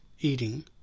eating